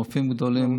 רופאים גדולים,